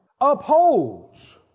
upholds